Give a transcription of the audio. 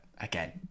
again